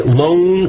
loan